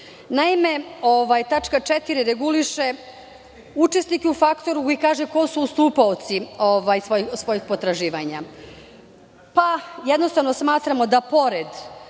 isti. Naime, tačka 4) reguliše učesnike u faktoringu i kaže ko su ustupaoci svojih potraživanja. Jednostavno, smatramo da pored